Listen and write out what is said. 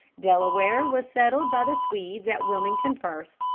delaware was settled by the swedes at wilmington first,